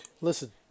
Listen